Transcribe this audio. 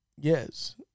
Yes